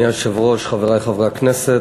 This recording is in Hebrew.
אדוני היושב-ראש, חברי חברי הכנסת,